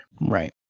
Right